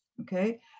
okay